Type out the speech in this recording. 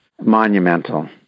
monumental